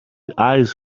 eyes